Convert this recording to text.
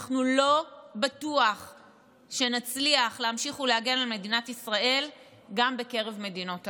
לא בטוח שנצליח להמשיך ולהגן על מדינת ישראל גם בקרב מדינות העולם.